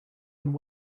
and